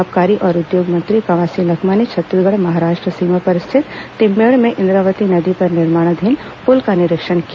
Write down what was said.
आबकारी और उद्योग मंत्री कवासी लखमा ने छत्तीसगढ़ महाराष्ट्र सीमा पर स्थित तीम्मेड़ में इंद्रावती नदी पर निर्माणाधीन पुल का निरीक्षण किया